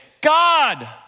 God